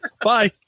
Bye